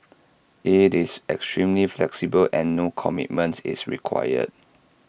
IT is extremely flexible and no commitment is required